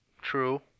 True